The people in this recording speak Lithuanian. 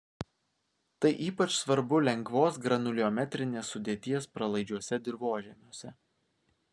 tai ypač svarbu lengvos granuliometrinės sudėties pralaidžiuose dirvožemiuose